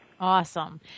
Awesome